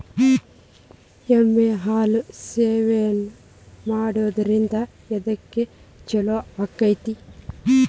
ಎಮ್ಮಿ ಹಾಲು ಸೇವನೆ ಮಾಡೋದ್ರಿಂದ ಎದ್ಕ ಛಲೋ ಆಕ್ಕೆತಿ?